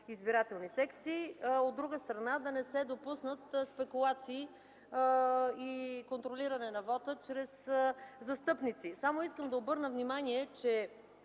избирателни секции, а от друга страна, да не се допуснат спекулации и контролиране на вота чрез застъпници. Само искам да обърна внимание, че